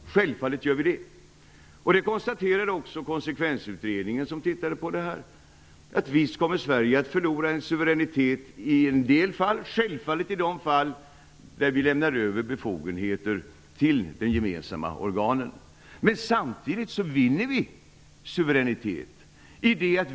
Också konsekvensutredningen, som studerade dessa frågor, konstaterade att Sverige visst kommer att förlora suveränitet i de fall där vi lämnar över befogenheter till de gemensamma organen. Men samtidigt vinner vi suveränitet.